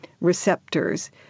receptors